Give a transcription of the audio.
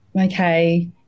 okay